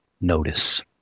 notice